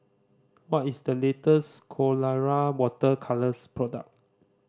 what is the latest Colora Water Colours product